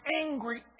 angry